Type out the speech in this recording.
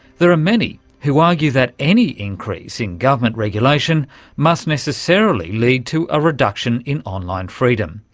there are many who argue that any increase in government regulation must necessarily lead to a reduction in online freedom,